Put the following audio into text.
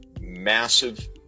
massive